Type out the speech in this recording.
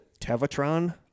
Tevatron